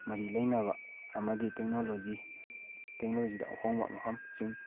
ꯃꯔꯤ ꯂꯩꯅꯕ ꯑꯃꯗꯤ ꯇꯦꯛꯅꯣꯂꯣꯖꯤ ꯇꯦꯛꯅꯣꯂꯣꯖꯤꯗ ꯑꯍꯣꯡꯕ ꯃꯐꯝꯁꯤꯡ